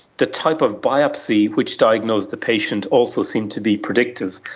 the type of biopsy which diagnosed the patient also seemed to be predictive.